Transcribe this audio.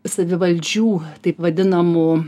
savivaldžių taip vadinamų